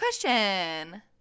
question